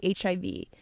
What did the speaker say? HIV